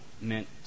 meant